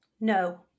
No